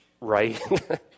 right